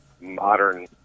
modern